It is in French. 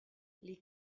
les